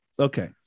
Okay